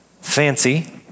fancy